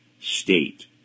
state